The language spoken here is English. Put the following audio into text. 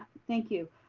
thank you.